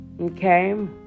Okay